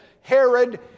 Herod